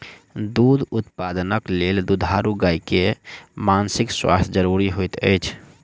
दूध उत्पादनक लेल दुधारू गाय के मानसिक स्वास्थ्य ज़रूरी होइत अछि